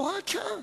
הוראת שעה.